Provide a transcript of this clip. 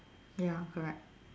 ya correct